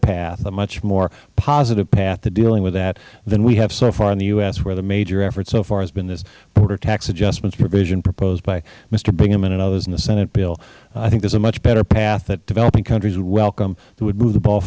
path a much more positive path to dealing with that than we have so far in the u s where the major effort so far has been this border tax adjustments provision proposed by mister bingaman and others in the senate bill i think there is a much better path that developing countries would welcome to move the ball